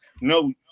no